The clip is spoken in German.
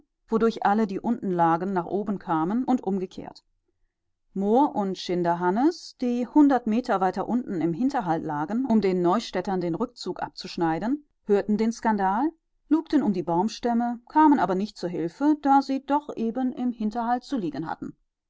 wodurch alle die unten lagen nach oben kamen und umgekehrt moor und schinderhannes die hundert meter weiter unten im hinterhalt lagen um den neustädtern den rückzug abzuschneiden hörten den skandal lugten um die baumstämme kamen aber nicht zu hilfe da sie doch eben im hinterhalt zu liegen hatten